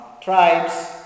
tribes